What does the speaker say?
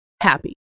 happy